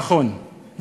נכון,